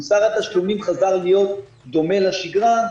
מוסר התשלומים חזר להיות דומה לשגרה,